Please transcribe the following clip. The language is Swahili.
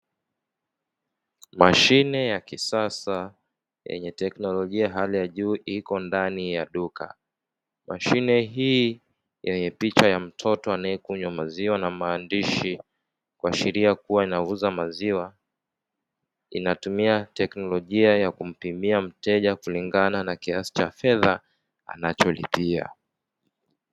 Mashine ya kisasa yenye teknolojia ya hali ya juu iko ndani ya duka, Mashine hii yenye picha ya mtoto anayekunywa maziwa na maandishi kuashiria kuwa inauza maziwa; inatuma teknolojia ya kumpimia mteja kulingana na kiasi cha fedha anacholipia.